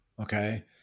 Okay